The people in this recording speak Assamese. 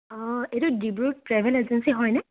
অ' এইটো ডিব্ৰু ট্ৰেভেল এজেঞ্চি হয়নে